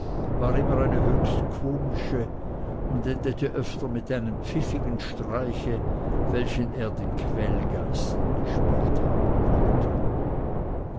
war immer eine höchst komische und endete öfter mit einem pfiffigen streiche welchen er den quälgeistern gespielt haben wollte